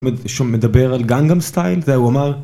שמדבר על גנגם סטייל זה הוא אמר.